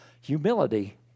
humility